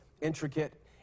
intricate